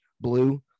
blue